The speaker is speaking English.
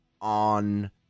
on